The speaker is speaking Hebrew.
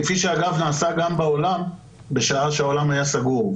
כפי שאגב נעשה גם בעולם בשעה שהעולם היה סגור.